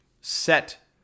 set